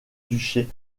duché